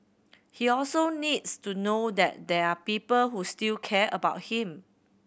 he also needs to know that there are people who still care about him